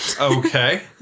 Okay